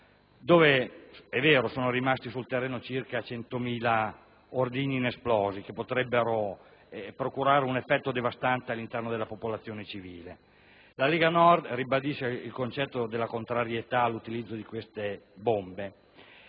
dove - è vero - sono rimasti sul terreno circa 100.000 ordigni inesplosi, che potrebbero determinare un effetto devastante tra la popolazione civile. La Lega Nord ribadisce il concetto della contrarietà all'utilizzo di queste bombe